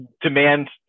demand